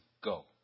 go